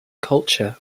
culture